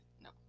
no